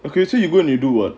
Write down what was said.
okay so you going to do it